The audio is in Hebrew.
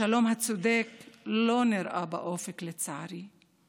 השלום הצודק לא נראה באופק, לצערי.